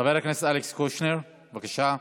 חבר הכנסת אלכס קושניר, בבקשה.